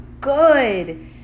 good